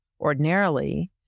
ordinarily